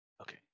Okay